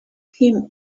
him